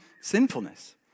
sinfulness